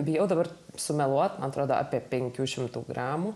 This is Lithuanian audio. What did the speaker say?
bijau dabar sumeluoti atrodo apie penkių šimtų gramų